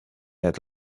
had